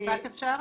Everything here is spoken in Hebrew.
משפט אפשר?